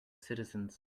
citizens